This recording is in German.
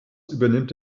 übernimmt